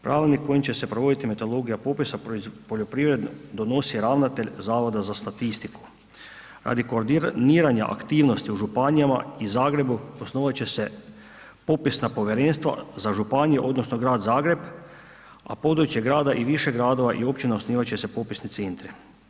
Pravilnik kojim će se provoditi metodologija popisa poljoprivrede donosi ravnatelj Zavoda za statistiku radi koordiniranja aktivnosti u županijama i Zagrebu osnovat će se popisna povjerenstva za županije, odnosno Grad Zagreb, a područje grada i više gradova i općina osnivat će se popisni centri.